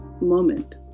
moment